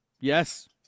yes